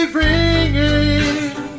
ringing